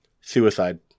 Suicide